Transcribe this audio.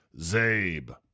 Zabe